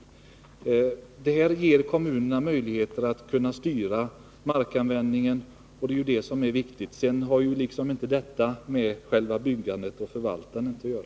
Det föreliggande förslaget ger kommunerna möjlighet att styra markanvändningen, och det är det som är viktigt. Detta har inte med själva byggandet och förvaltandet att göra.